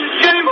Game